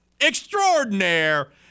extraordinaire